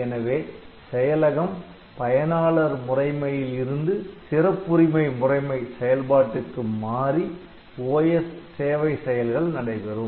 எனவே செயலகம் பயனாளர் முறைமையில் இருந்து சிறப்புரிமை முறைமை செயல்பாட்டுக்கு மாறி OS சேவை செயல்கள் நடைபெறும்